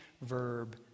verb